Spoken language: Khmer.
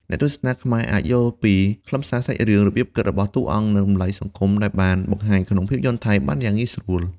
អ្នកទស្សនាខ្មែរអាច យល់ពីខ្លឹមសាររឿង របៀបគិតរបស់តួអង្គ និងតម្លៃសង្គម ដែលបានបង្ហាញក្នុងភាពយន្តថៃបានយ៉ាងងាយស្រួល។